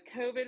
COVID